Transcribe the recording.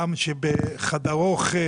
פעם שבחדר אוכל,